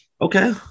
Okay